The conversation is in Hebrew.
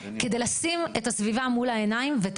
כדי לשים את הסביבה מול העיניים ואת